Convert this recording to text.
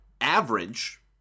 average